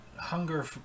hunger